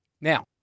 Now